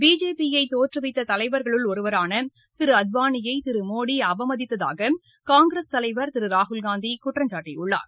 பிஜேபியை தோற்றுவித்த தலைவர்களுள் ஒருவரான திரு அத்வானியை திரு மோடி அவமதித்ததாக காங்கிரஸ் தலைவர் திரு ராகுல்காந்தி குற்றம்சாட்டியுள்ளார்